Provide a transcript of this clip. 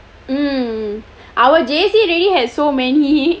mm our J_C already had so many